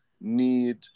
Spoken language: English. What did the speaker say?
need